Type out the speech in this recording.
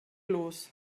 los